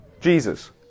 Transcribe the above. Jesus